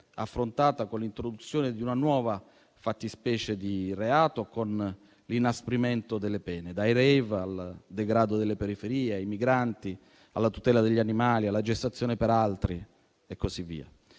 affrontati con l'introduzione di una nuova fattispecie di reato o con l'inasprimento delle pene, dai *rave* al degrado delle periferie, ai migranti, alla tutela degli animali, alla gestazione per altri e così via.